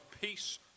peace